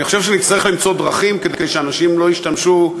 אני חושב שנצטרך למצוא דרכים כדי שהאנשים לא ישתמשו,